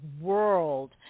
world